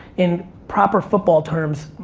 in proper football terms,